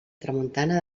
tramuntana